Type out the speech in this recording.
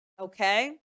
Okay